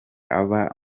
aba